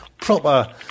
proper